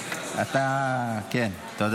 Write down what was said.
תודה